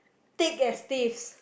thick as thieves